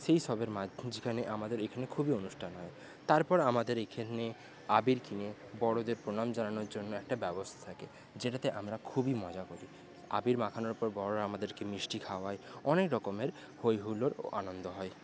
সেইসবের মাঝখানে আমাদের এখানে খুবই অনুষ্ঠান হয় তারপর আমাদের এইখানে আবির কিনে বড়োদের প্রণাম জানানোর জন্য একটা ব্যবস্থা থাকে যেটাতে আমরা খুবই মজা করি আবির মাখানোর পর বড়োরা আমাদেরকে মিষ্টি খাওয়ায় অনেক রকমের হইহুল্লোড় ও আনন্দ হয়